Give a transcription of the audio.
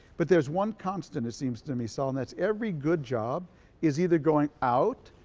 but there's one constant it seems to me sal and that's every good job is either going out,